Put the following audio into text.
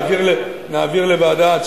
נעביר לוועדה.